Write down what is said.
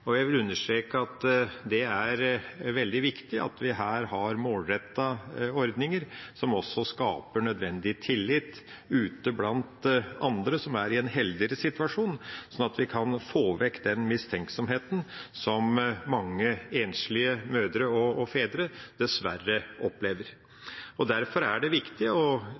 innskjerpet. Jeg vil understreke at det er veldig viktig at vi her har målrettede ordninger som også skaper nødvendig tillit ute blant andre, som er i en heldigere situasjon, slik at vi kan få vekk den mistenksomheten som mange enslige mødre og fedre dessverre opplever. Derfor er det viktig systematisk å